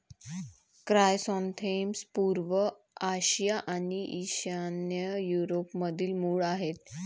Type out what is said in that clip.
chrysanthemums पूर्व आशिया आणि ईशान्य युरोपमधील मूळ आहेत